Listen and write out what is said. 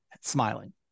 smiling